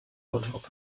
bottrop